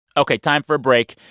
ok time for a break.